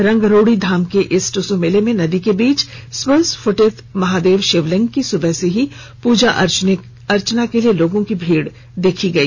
रंगरोड़ी धाम के इस टुसू मेले में नदी के बीच में स्व स्फूटित महादेव शिवलिंग की सुबह से ही पूजा अर्चना के लिए लोगों की भीड़ देखी गई